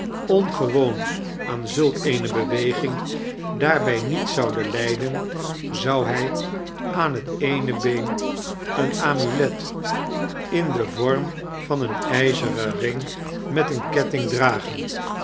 ongewoon aan zulk eene beweging daarbij niet zouden lijden zou hij aan het eene been een amulet in den vorm van een ijzeren ring met een ketting dragen